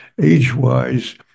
age-wise